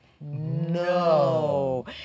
No